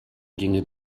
ginge